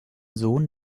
sohn